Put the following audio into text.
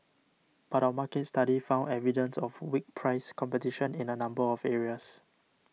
but our market study found evidence of weak price competition in a number of areas